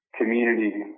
community